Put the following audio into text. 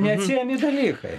neatsiejami dalykai